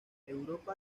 europa